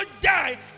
die